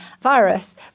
virus